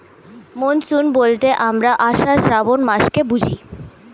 monsoon বলতে আমরা আষাঢ়, শ্রাবন মাস বুঝি